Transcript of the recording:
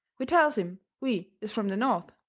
we tells him we is from the north.